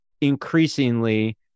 increasingly